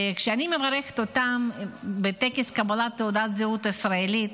כשאני מברכת אותם בטקס קבלת תעודת זהות ישראלית,